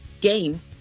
game